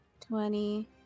Twenty